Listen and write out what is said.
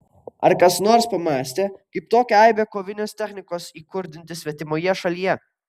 ar kas nors pamąstė kaip tokią aibę kovinės technikos įkurdinti svetimoje šalyje